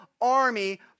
army